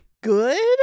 Good